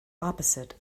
opposite